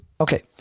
Okay